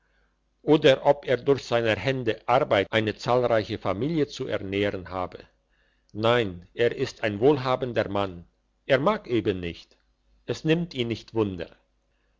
oder ob er durch seiner hände arbeit eine zahlreiche familie zu ernähren habe nein er ist ein wohlhabender mann er mag eben nicht es nimmt ihn nicht wunder